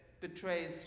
betrays